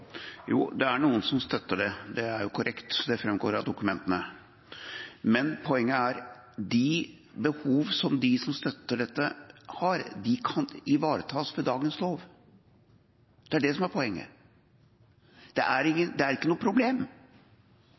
det som statsråden nå sa: Ja, det er noen som støtter det, det er korrekt og framgår av dokumentene. Men poenget er at de behovene som de som støtter dette, har, kan ivaretas av dagens lov. Det er det som er poenget. Det er ikke noe problem.